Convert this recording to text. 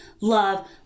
love